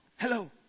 hello